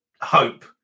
hope